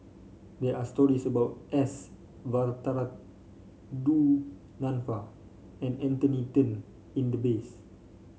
there are stories about S Varathan Du Nanfa and Anthony Then in the base